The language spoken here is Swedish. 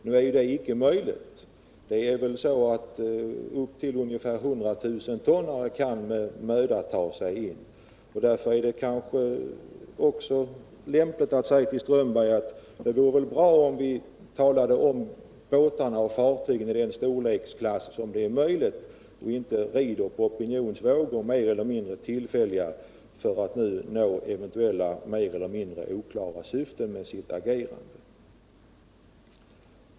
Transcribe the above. Nu är det inte möjligt. 100 000-tonnare kan med möda 181 ta sig in. Jag skulle vilja säga till herr Strömberg att det vore bra om vi talade om fartyg i den storleksklass som det kan bli fråga om i stället för att rida på mer eller mindre tillfälliga opinionsvågor för att nå mer eller mindre oklara syften med agerandet.